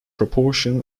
proportion